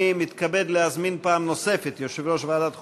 אני מתכבד להזמין פעם נוספת את יושב-ראש ועדת החוקה,